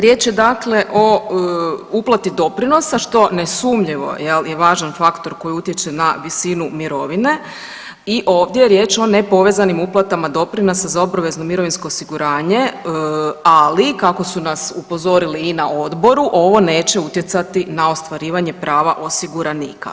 Riječ je dakle o uplati doprinosa, što nesumnjivo je važan faktor koji utječe na visinu mirovine i ovdje je riječ o nepovezanim uplatama doprinosa za obavezno mirovinsko osiguranje, ali, kako su nas upozorili i na odboru, ovo neće utjecati na ostvarivanje prava osiguranika.